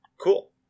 Cool